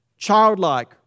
childlike